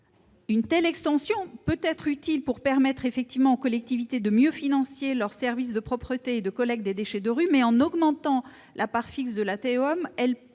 Une telle extension peut être utile pour permettre aux collectivités de mieux financer leurs services de propreté et de collecte des déchets de rue. Mais, en augmentant la part fixe de la TEOM, elle